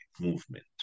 movement